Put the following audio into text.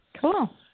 Cool